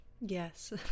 Yes